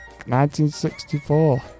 1964